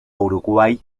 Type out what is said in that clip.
uruguay